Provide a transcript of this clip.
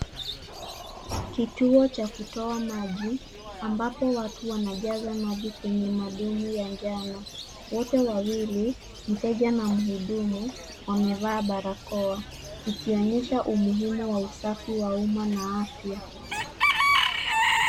Kituo cha kutoa maji, ambapo watu wanajaza maji kwenye madumu ya njano, wote wawili, mteja na mhudumu, wamevaa barakoa, ikionyesha umuhimu wa usafi wa umma na afya.